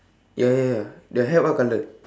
ya ya ya the hat what color